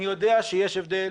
אני יודע שיש הבדל,